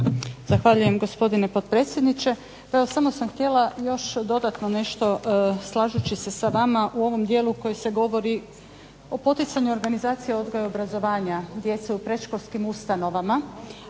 Zahvaljujem gospodine potpredsjedniče. Samo sam htjela još dodatno nešto slažući se sa vama u ovom dijelu koji se govori o poticanju organizacija odgoja i obrazovanja gdje se u predškolskim ustanovama